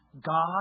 God